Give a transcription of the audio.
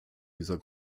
dieser